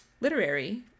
literary